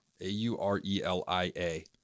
A-U-R-E-L-I-A